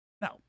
Now